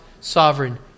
sovereign